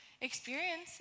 experience